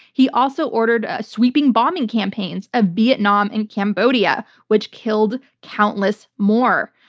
he also ordered sweeping bombing campaigns of vietnam and cambodia, which killed countless more.